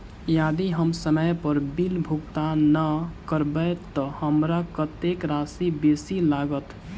यदि हम समय पर बिल भुगतान नै करबै तऽ हमरा कत्तेक राशि बेसी लागत?